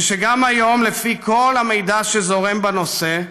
וגם היום, לפי כל המידע שזורם בנושא,